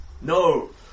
No